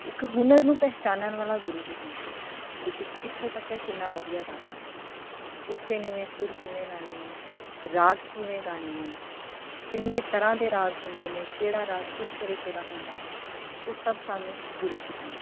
ਇੱਕ ਹੁਨਰ ਨੂੰ ਪਹਿਚਾਨਣ ਵਾਲਾ ਗੁਰੂ ਹੀ ਹੁੰਦਾ ਹੈ ਤੁਸੀਂ ਕਿੱਥੋਂ ਤੱਕ ਕਿੰਨਾ ਵਧੀਆ ਗਾ ਸਕਦੇ ਉੱਚੇ ਨੀਵੇਂ ਸੁਰ ਕਿਵੇਂ ਲਾਣੇ ਨੇ ਰਾਗ ਕਿਵੇਂ ਗਾਣੇ ਨੇ ਕਿੰਨੇ ਤਰ੍ਹਾਂ ਦੇ ਰਾਗ ਹੁੰਦੇ ਨੇ ਕਿਹੜਾ ਰਾਗ ਕਿਸ ਤਰੀਕੇ ਦਾ ਹੁੰਦਾ ਹੈ ਉਹ ਸਭ ਸਾਨੂੰ ਗੁਰੂ ਸਿਖਾਂਦਾ